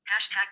Hashtag